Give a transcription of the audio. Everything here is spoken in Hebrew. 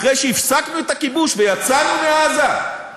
אחרי שהפסקנו את הכיבוש ויצאנו מעזה?